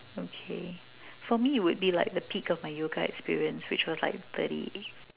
okay for me it will be like the peak of my yoga experience which was like thirty